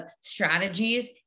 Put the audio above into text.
strategies